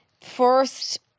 first